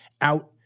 out